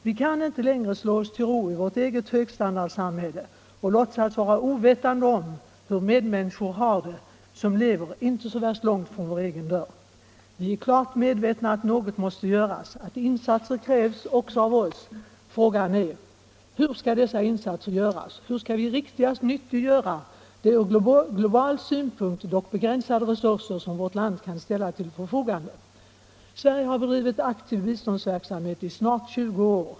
Vi kan inte längre slå oss till ro i vårt eget högstandardsamhälle och låtsas vara ovetande om hur medmänniskor har det som lever inte så värst långt ifrån vår egen dörr. Vi är klart medvetna om att något måste göras, att insatser krävs också av oss. Frågan är: Hur skall dessa insatser ske? Hur skall vi riktigast nyttiggöra de ur global synpunkt dock begränsade resurser som vårt land kan ställa till förfogande? Sverige har bedrivit aktiv biståndsverksamhet i snart 20 år.